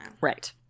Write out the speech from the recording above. Right